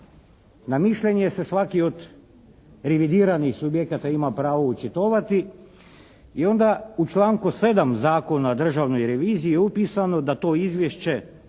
Na mišljenje se svaki od revidiranih subjekata ima pravo očitovati i onda u članku 7. Zakona o državnoj reviziji je upisano da to izvješće